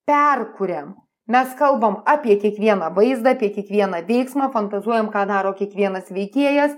perkuriam mes kalbam apie kiekvieną vaizdą apie kiekvieną veiksmą fantazuojam ką daro kiekvienas veikėjas